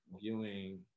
viewing